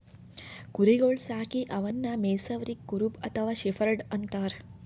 ಕುರಿಗೊಳ್ ಸಾಕಿ ಅವನ್ನಾ ಮೆಯ್ಸವರಿಗ್ ಕುರುಬ ಅಥವಾ ಶೆಫರ್ಡ್ ಅಂತಾರ್